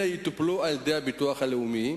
אלה יטופלו על-ידי הביטוח הלאומי.